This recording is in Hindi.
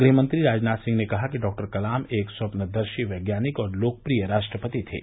गृहमंत्री राजनाथ सिंह ने कहा कि डॉक्टर कलाम एक स्वप्नदर्शी वैज्ञानिक और लोकप्रिय राष्ट्रपति थे